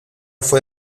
fue